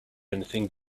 anything